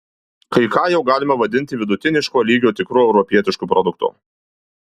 kai ką jau galima vadinti vidutiniško lygio tikru europietišku produktu